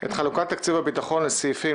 "את חלוקת תקציב הביטחון לסעיפים,